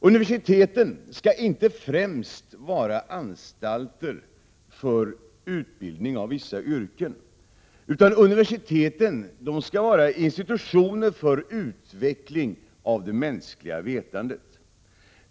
Universiteten skall inte främst vara anstalter för utbildning till vissa yrken, utan universiteten skall vara institutioner för utveckling av det mänskliga vetandet.